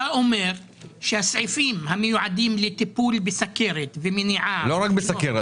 אתה אומר שהסעיפים המיועדים לטיפול בסוכרת ומניעה --- לא רק בסוכרת.